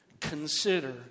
consider